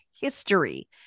history